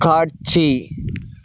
காட்சி